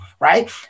right